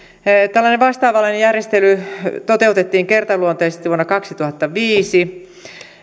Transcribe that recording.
tällainen vastaavanlainen järjestely toteutettiin kertaluonteisesti vuonna kaksituhattaviisi